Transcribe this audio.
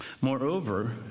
Moreover